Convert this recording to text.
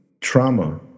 trauma